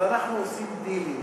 אבל אנחנו עושים דילים.